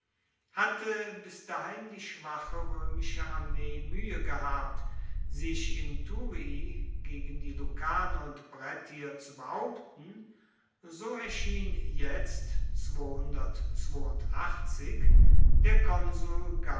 hatte bis dahin die schwache roemische armee muehe gehabt sich in thurii gegen die lucaner und brettier zu behaupten so erschien jetzt der konsul